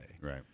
right